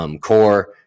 core